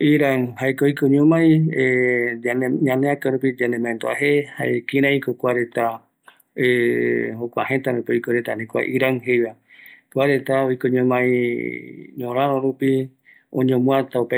Kua tëtä jae nunga vi, oiko ñomai ñorärö rupi va, oñomuätä ɨvɨ